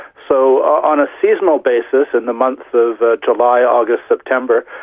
so on a seasonal basis in the months of july, august, september,